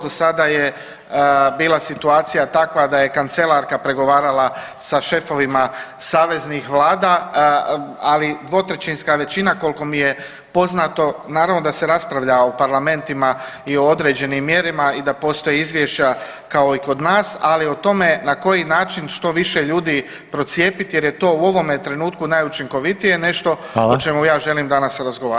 Do sada je bila situacija takva da je kancelarka pregovarala sa šefovima saveznih vlada, ali dvotrećinska većina koliko mi je poznato naravno da se raspravlja u parlamentima i o određenim mjerama i da postoje izvješća kao i kod nas, ali o tome na koji način što više ljudi procijepiti jer je to u ovome trenutku najučinkovitije, nešto o čemu ja želim danas razgovarati.